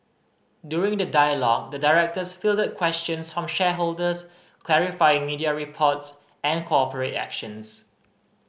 during the dialogue the directors fielded questions from shareholders clarifying media reports and corporate actions